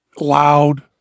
loud